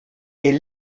est